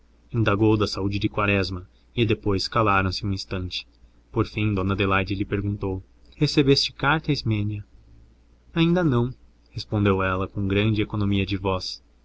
indagou da saúde de quaresma e depois calaram-se um instante por fim dona adelaide lhe perguntou recebeste carta ismênia ainda não respondeu ela com grande economia de voz